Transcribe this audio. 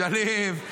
שליו.